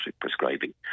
prescribing